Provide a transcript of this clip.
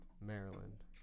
Maryland